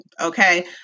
Okay